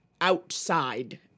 outside